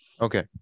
Okay